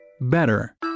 better